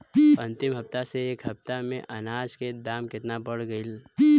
अंतिम हफ्ता से ए हफ्ता मे अनाज के दाम केतना बढ़ गएल?